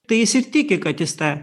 tai jis ir tiki kad jis tą